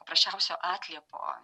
paprasčiausio atliepo